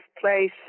place